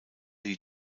die